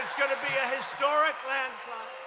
going to be a historic landslide.